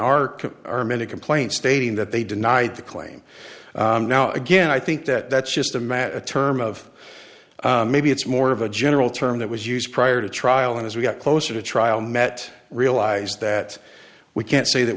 are many complaints stating that they denied the claim now again i think that that's just a mat a term of maybe it's more of a general term that was used prior to trial and as we got closer to trial matt realized that we can't say that